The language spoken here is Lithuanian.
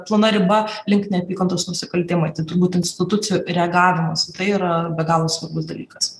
plona riba link neapykantos nusikaltimai tai turbūt institucijų reagavimas į tai yra be galo svarbus dalykas